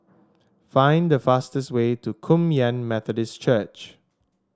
find the fastest way to Kum Yan Methodist Church